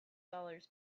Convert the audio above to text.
dollars